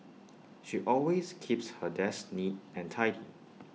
she always keeps her desk neat and tidy